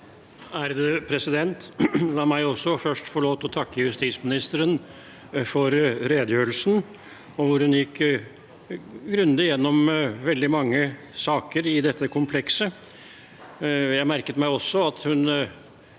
(FrP) La meg også først få lov til å takke justisministeren for redegjørelsen, hvor hun gikk grundig gjennom veldig mange saker i dette komplekset. Jeg merket meg også at hun